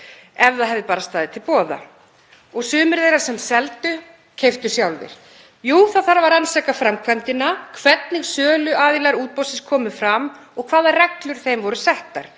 ef það hefði bara staðið til boða og sumir þeirra sem seldu keyptu sjálfir. Jú, það þarf að rannsaka framkvæmdina, hvernig söluaðilar útboðsins komu fram og hvaða reglur þeim voru settar.